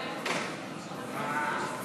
לוועדה